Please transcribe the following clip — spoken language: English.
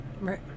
Right